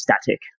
static